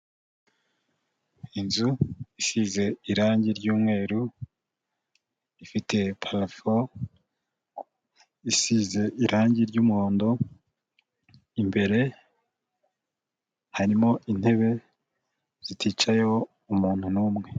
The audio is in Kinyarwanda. Inzu isize irangi ry'umweru, ifite parafo isize irangi ry'umuhondo, imbere harimo intebe ziticayeho umuntu n'umwe.